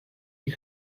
you